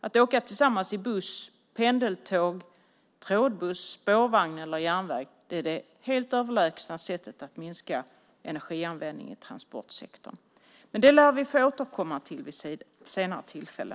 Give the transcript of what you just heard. Att åka tillsammans i buss, trådbuss, pendeltåg, spårvagn eller järnväg är det helt överlägsna sättet att minska energianvändningen i transportsektorn. Men det lär vi få återkomma till vid ett senare tillfälle.